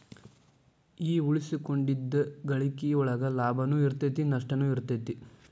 ಈ ಉಳಿಸಿಕೊಂಡಿದ್ದ್ ಗಳಿಕಿ ಒಳಗ ಲಾಭನೂ ಇರತೈತಿ ನಸ್ಟನು ಇರತೈತಿ